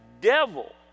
devil